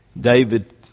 David